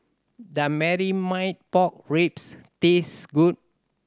does pork ribs taste good